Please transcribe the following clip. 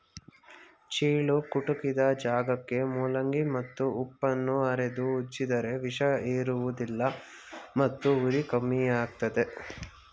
ಚೇಳು ಕುಟುಕಿದ ಜಾಗಕ್ಕೆ ಮೂಲಂಗಿ ಮತ್ತು ಉಪ್ಪನ್ನು ಅರೆದು ಹಚ್ಚಿದರೆ ವಿಷ ಏರುವುದಿಲ್ಲ ಮತ್ತು ಉರಿ ಕಮ್ಮಿಯಾಗ್ತದೆ